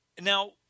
Now